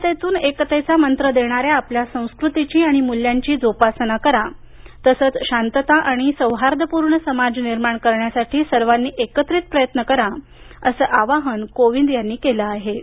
विविधतेतून एकतेचा मंत्र देणाऱ्या आपल्या संस्कृतीची आणि मूल्यांची जोपासना करा तसंच शांतता आणि सौहार्दपूर्ण समाज निर्माण करण्यासाठी सर्वांनी एकत्रित प्रयत्न करा असं आवाहन कोविंद यांनी केलं आहे